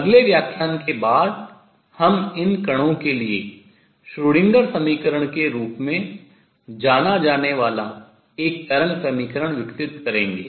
अगले व्याख्यान के बाद हम इन कणों के लिए श्रोडिंगर समीकरण Schrödinger equation के रूप में जाना जाने वाला एक तरंग समीकरण विकसित करेंगे